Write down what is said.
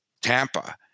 Tampa